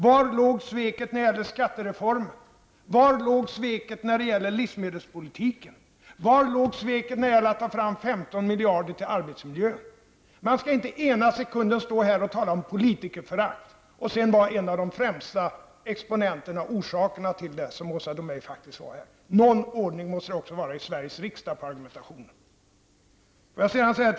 Var låg sveket när det gäller skattereformen? Var låg sveket när det gäller livsmedelspolitiken? Var låg sveket när det gäller att ta fram 15 miljarder till arbetsmiljön? Man skall inte ena sekunden stå här och tala om politikerförakt för att i nästa stund vara en av de främsta exponenterna och orsakerna till detta förakt. Det var faktiskt vad Åsa Domeij nyss gjorde sig skyldig till. Någon ordning på argumentationen måste det också vara i Sveriges riksdag.